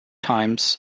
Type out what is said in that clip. times